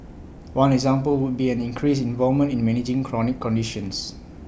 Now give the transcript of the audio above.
one example would be an increased involvement in managing chronic conditions